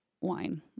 wine